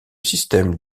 système